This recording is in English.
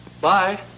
Bye